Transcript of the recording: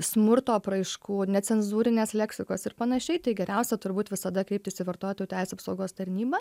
smurto apraiškų necenzūrinės leksikos ir panašiai tai geriausia turbūt visada kreiptis į vartotojų teisių apsaugos tarnybą